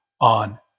on